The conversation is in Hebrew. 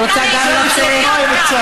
אני מבינה שזה חשוב שהמצלמות יהיו עליך.